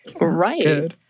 Right